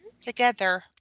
Together